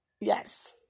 Yes